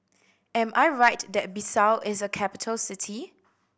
am I right that Bissau is a capital city